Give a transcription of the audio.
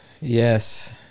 Yes